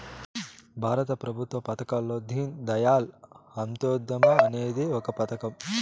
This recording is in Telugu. భారత ప్రభుత్వ పథకాల్లో దీన్ దయాళ్ అంత్యోదయ అనేది ఒక పథకం